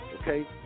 okay